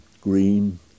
green